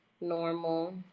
normal